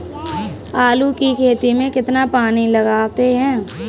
आलू की खेती में कितना पानी लगाते हैं?